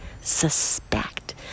suspect